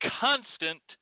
constant